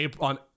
On